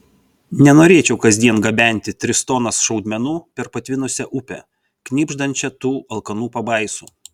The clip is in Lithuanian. nenorėčiau kasdien gabenti tris tonas šaudmenų per patvinusią upę knibždančią tų alkanų pabaisų